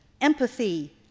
empathy